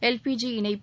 LPG இணைப்பு